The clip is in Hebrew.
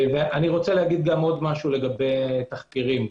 לגבי תחקירים,